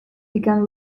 began